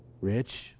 rich